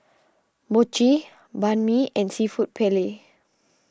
Mochi Banh Mi and Seafood Paella